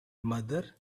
mother